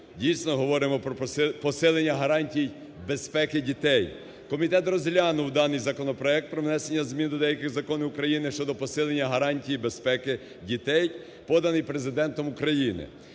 дійсно говоримо про посилення гарантій безпеки дітей. Комітет розглянув даний законопроект про внесення змін до деяких законів України щодо посилення гарантій безпеки дітей, поданий Президентом України.